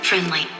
Friendly